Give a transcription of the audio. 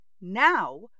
Now